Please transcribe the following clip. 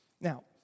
Now